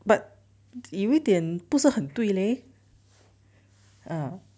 but 有一点不是很对 leh oh